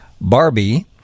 Barbie